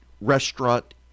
restaurant